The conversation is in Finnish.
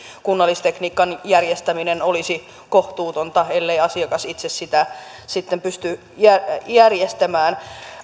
kunnallistekniikan järjestäminen olisi kohtuutonta ellei asiakas itse sitä sitten pysty järjestämään